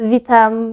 Witam